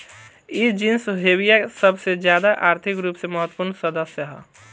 इ genus Hevea के सबसे ज्यादा आर्थिक रूप से महत्वपूर्ण सदस्य ह